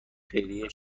خیریه